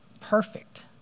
perfect